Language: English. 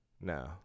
No